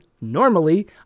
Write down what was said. Normally